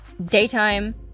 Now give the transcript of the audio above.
daytime